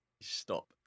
stop